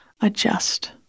adjust